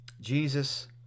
jesus